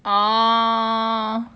orh